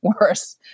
worse